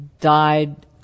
died